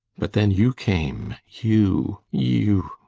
but then you came you, you,